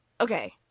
okay